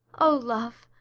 o love!